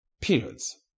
periods